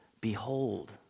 behold